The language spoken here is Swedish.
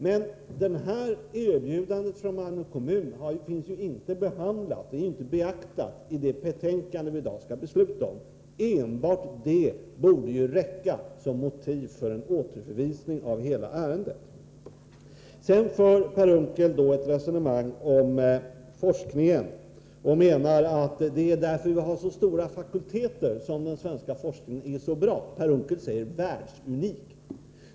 Men erbjudandet från Malmö kommun är ju inte beaktat i det betänkande som vi i dag har som grundval, när vi skall fatta beslut. Enbart detta borde räcka som motiv för en återförvisning av hela ärendet. Vidare för Per Unckel ett resonemang om forskningen och menar att det är därför att vi har så stora fakulteter som den svenska forskningen är så bra — Per Unckel använder uttrycket världsunik.